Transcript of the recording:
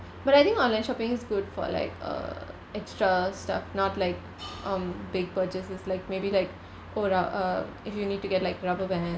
but I think online shopping is good for like uh extra stuff not like um big purchases like maybe like uh if you need to get like rubber bands